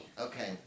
Okay